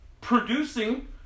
producing